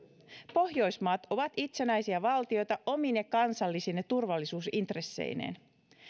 pohjoismaat ovat itsenäisiä valtioita omine kansallisine turvallisuusintresseineen